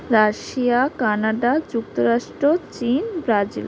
Russia Canada যুক্তরাষ্ট চিন Brazil